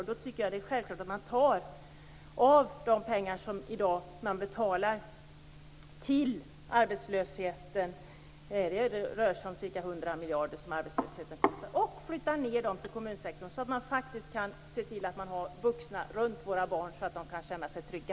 Då är det som jag ser det självklart att man tar av de pengar som man i dag betalar till arbetslösheten - arbetslösheten kostar i dag ca 100 miljarder - och flyttar ned dem till kommunsektorn, så att det finns vuxna runt våra barn och de kan känna sig trygga.